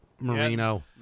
marino